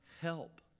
help